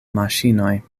maŝinoj